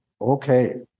Okay